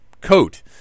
coat